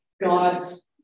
God's